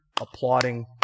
applauding